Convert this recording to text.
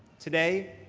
today,